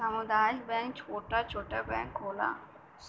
सामुदायिक बैंक छोटा छोटा बैंक होला